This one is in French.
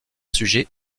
sujets